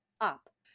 up